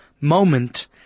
moment